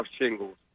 shingles